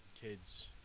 kids